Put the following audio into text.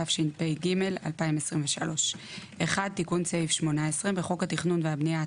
התשפ"ג 2023 תיקון סעיף 18.1. בחוק התכנון והבנייה,